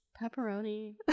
pepperoni